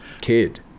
kid